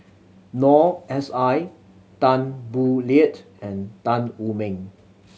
Noor S I Tan Boo Liat and Tan Wu Meng